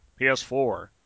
PS4